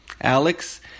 Alex